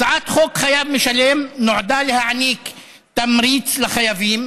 הצעת חוק חייב משלם נועדה להעניק תמריץ לחייבים